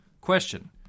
question